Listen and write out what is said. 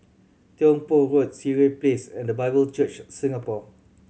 Tiong Poh Road Sireh Place and The Bible Church Singapore